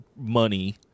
money